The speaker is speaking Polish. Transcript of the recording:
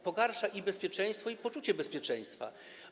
Pogarsza i bezpieczeństwo, i poczucie bezpieczeństwa.